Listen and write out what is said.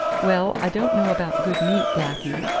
well, i don't know about good meat, blackee,